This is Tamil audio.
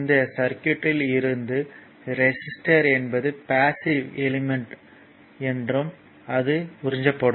இந்த சர்க்யூட்யில் இருந்து ரெசிஸ்டர் என்பது பாஸ்ஸிவ் எலிமெண்ட் என்றும் அது உறிஞ்சப்படும்